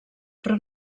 però